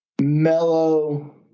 mellow